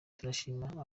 turashima